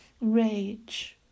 rage